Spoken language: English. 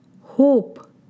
hope